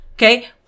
Okay